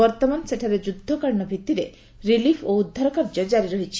ବର୍ଉମାନ ସେଠାରେ ଯୁଦ୍ଧକାଳୀନ ଭିଭିରେ ରିଲିଫ୍ ଓ ଉଦ୍ଧାର କାର୍ଯ୍ୟ କାରି ରହିଛି